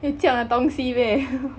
!huh! 有这样的东西 meh